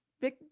big